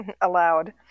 allowed